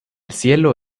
cielo